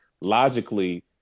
logically